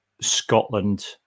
Scotland